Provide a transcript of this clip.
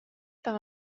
par